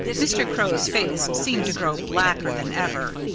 mr. crow's face seemed to grow blacker than ever,